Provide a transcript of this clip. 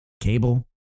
cable